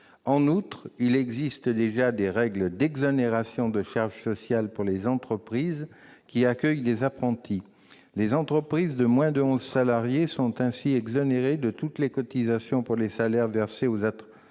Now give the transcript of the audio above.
En outre, il existe déjà des règles d'exonérations de charges sociales pour les entreprises qui accueillent des apprentis. Les entreprises de moins de onze salariés sont ainsi exonérées de toutes les cotisations pour les salaires versés aux apprentis,